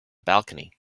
balcony